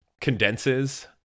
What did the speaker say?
condenses